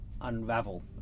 unravel